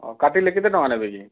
ଆଉ କାଟିଲେ କେତେ ଟଙ୍କା ନେବେ କି